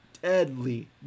Deadly